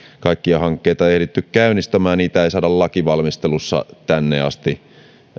kaikkia hankkeita ehditty käynnistämään niitä ei saada lainvalmistelussa tänne asti